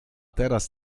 teraz